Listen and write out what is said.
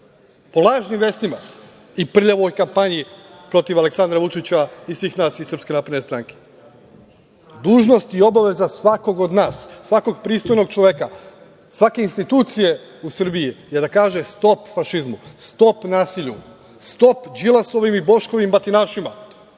po lažnim vestima i prljavoj kampanji protiv Aleksandra Vučića i svih nas iz SNS.Dužnost i obaveza svakog od nas, svakog pristojnog čoveka, svake institucije u Srbiji je da kaže - stop fašizmu, stop nasilju, stop Đilasovim i Boškovim